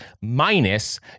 minus